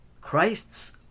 Christ's